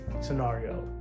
scenario